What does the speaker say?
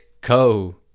go